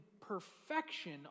perfection